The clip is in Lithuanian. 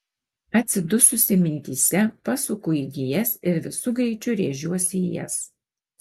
atsidususi mintyse pasuku į gijas ir visu greičiu rėžiuosi į jas